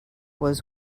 was